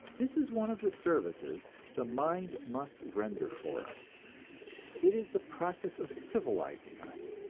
this is one of the services the mind must render for us it is the process of civilizing us.